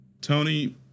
Tony